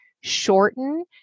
shorten